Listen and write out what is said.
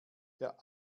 der